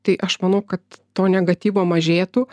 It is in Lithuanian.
tai aš manau kad to negatyvo mažėtų